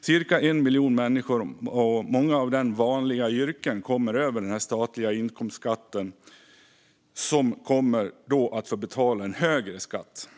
Cirka 1 miljon människor, många av dem med vanliga yrken, skulle komma över gränsen för statlig inkomstskatt och få betala högre skatt.